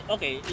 Okay